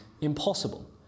impossible